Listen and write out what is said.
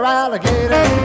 alligator